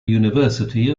university